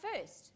first